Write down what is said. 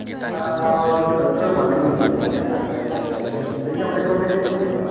ᱴᱷᱟᱹᱣᱠᱟᱹ ᱵᱟᱹᱞᱤᱧ ᱢᱮᱱᱠᱮᱭᱟ ᱛᱟᱦᱞᱮ ᱠᱩᱞᱤ ᱧᱚᱜ ᱞᱮᱠᱚ ᱜᱮᱞᱤᱧ